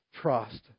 trust